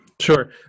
Sure